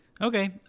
Okay